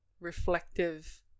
reflective